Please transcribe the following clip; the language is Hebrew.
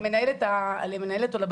למנהלת או לבלנית,